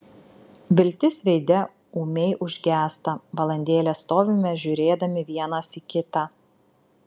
viltis veide ūmiai užgęsta valandėlę stovime žiūrėdami vienas į kitą